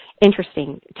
interesting